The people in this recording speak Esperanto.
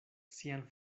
sian